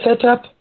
setup